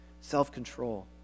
self-control